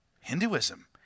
Hinduism